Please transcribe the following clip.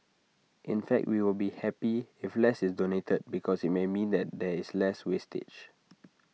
in fact we will be happy if less is donated because IT may mean that there is less wastage